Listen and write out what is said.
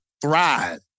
thrive